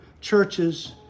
churches